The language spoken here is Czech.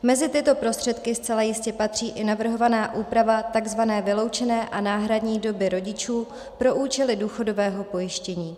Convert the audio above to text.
Mezi tyto prostředky zcela jistě patří i navrhovaná úprava tzv. vyloučené a náhradní doby rodičů pro účely důchodového pojištění.